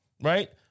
Right